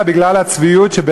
אלא בגלל הצביעות,